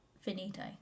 finito